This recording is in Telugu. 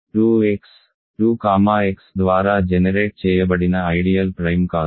2 X 2 కామా X ద్వారా జెనెరేట్ చేయబడిన ఐడియల్ ప్రైమ్ కాదు